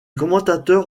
commentateurs